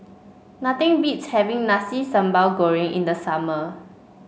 nothing beats having Nasi Sambal Goreng in the summer